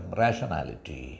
rationality